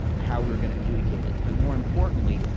how we're going to adjudicate it. but more importantly,